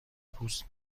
پوست